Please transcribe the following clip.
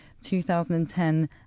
2010